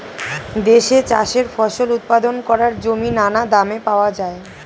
দেশে চাষের ফসল উৎপাদন করার জমি নানা দামে পাওয়া যায়